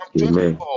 Amen